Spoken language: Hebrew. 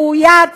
ראויה,